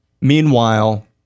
Meanwhile